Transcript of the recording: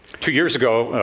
two years ago,